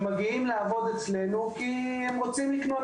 שמגיעים לעבוד אצלנו כי הם רוצים לקנות